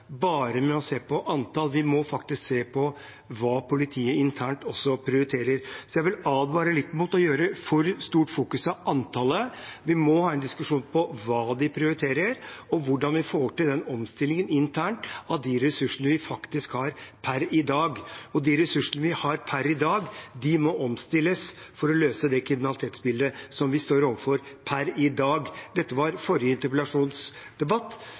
må faktisk se på hva politiet prioriterer internt. Jeg vil advare litt mot å fokusere for mye på antallet. Vi må ha en diskusjon om hva de prioriterer, og hvordan vi får til omstillingen internt av de ressursene vi faktisk har per i dag. Og de ressursene vi har per i dag, må omstilles for å løse det kriminalitetsbildet vi står overfor per i dag. Dette var i forrige interpellasjonsdebatt,